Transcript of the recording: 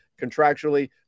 contractually